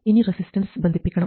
ഇനി റെസിസ്റ്റൻസ് ബന്ധിപ്പിക്കണം